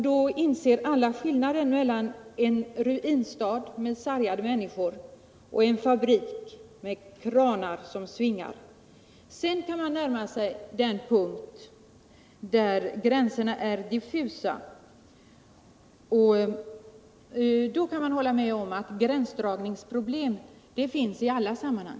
Då inser alla skillnaden mellan en ruinstad med sargade människor och en fabrik med kranar som svingar. Sedan kan man närma sig den punkt där gränserna är diffusa. Gränsdragningsproblem finns alltså i alla sammanhang.